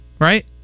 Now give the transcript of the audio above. right